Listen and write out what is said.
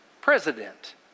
president